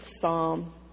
Psalm